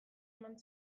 eman